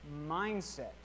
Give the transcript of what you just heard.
mindset